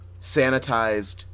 sanitized